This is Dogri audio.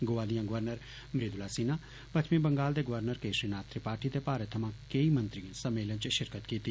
गोआ दिआं गवर्नर मृदुला सिंहा पश्चिमी बंगाल दे गवर्नर केशरी नाथ त्रिपाठी ते भारत थमां केंई मंत्रियें सम्मेलन च शिरकत कीती